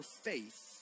faith